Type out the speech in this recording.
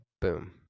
Boom